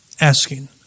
Asking